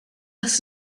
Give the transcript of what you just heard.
less